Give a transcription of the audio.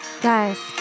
guys